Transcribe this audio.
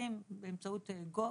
נכנסים באמצעות gov.